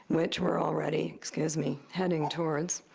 which we're already excuse me heading towards.